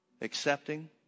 accepting